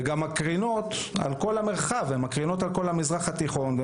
זה מקרין על כל המרחב, על כל המזרח התיכון,